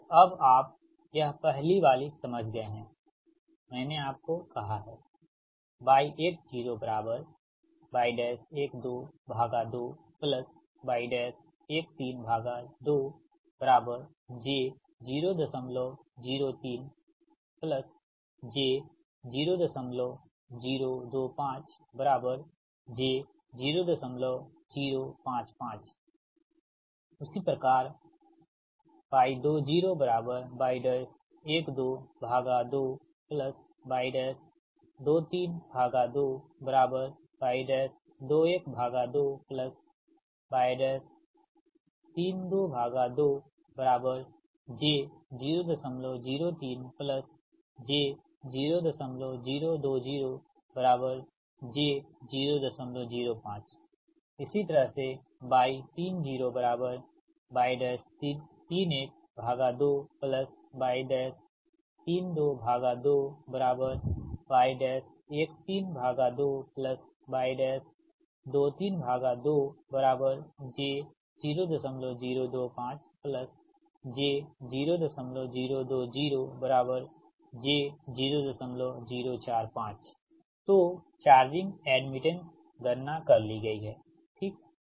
तो अब आप यह पहली वाली समझ गए हैं मैंने आपको कहा है y10y122y132j003j0025j0055 उसी प्रकार y20y122y232y212y322j003j0020j005 इसी तरह y30y312y322y132y232j0025j0020j0045 तो चार्जिंग एड्मिटेंस गणना कर ली गई है ठीक